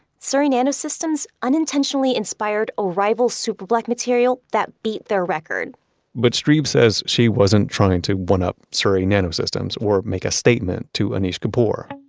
surrey nanosystems unintentionally inspired a rival super-black material that beat their record but strebe says she wasn't trying to one up surrey nanosystems or make a statement to anish kapoor.